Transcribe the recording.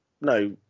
No